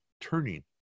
turning